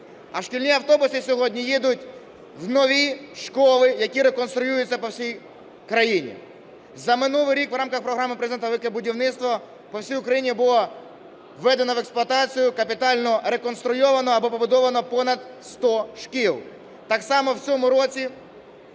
А шкільні автобуси сьогодні їдуть в нові школи, які реконструюються по всій країні. За минулий рік в рамках програми Президента "Велике будівництво" по всій Україні було введено в експлуатацію, капітально реконструйовано або побудовано понад 100 шкіл. Так само в цьому році